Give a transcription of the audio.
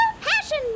passion